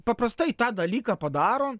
paprastai tą dalyką padaro